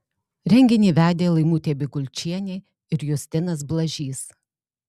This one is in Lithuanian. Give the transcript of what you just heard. renginį vedė laimutė bikulčienė ir justinas blažys